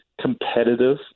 competitive